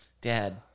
Dad